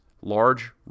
large